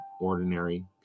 ordinary